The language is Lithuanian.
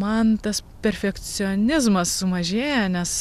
man tas perfekcionizmas sumažėja nes